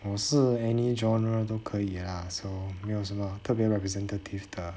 我是 any genre 都可以 ah so 没有什么特别 representatives 的